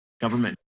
Government